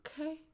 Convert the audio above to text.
Okay